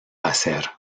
hacer